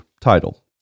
title